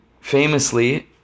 famously